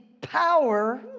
power